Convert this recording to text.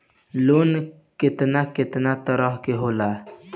Loan केतना केतना तरह के होला?